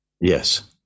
Yes